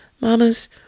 Mama's